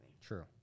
True